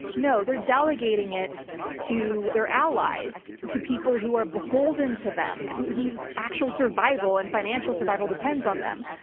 no, they're delegating it to their allies, to people who are beholden to them whose actual survival and financial survival depends on them.